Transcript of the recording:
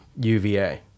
UVA